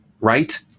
right